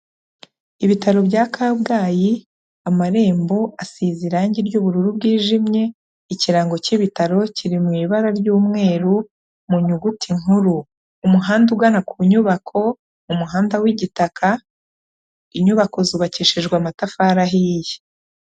Ibitaro bya Kabgayi, amarembo asize irangi ry'ubururu bwijimye, ikirango cy'ibitaro kiri mu ibara ry'umweru mu nyuguti nkuru, umuhanda ugana ku nyubako ni umuhanda w'igitaka, inyubako zubakishijwe amatafari ahiye.